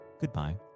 goodbye